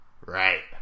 Right